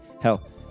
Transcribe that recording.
Hell